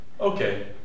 okay